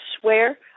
swear